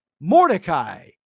Mordecai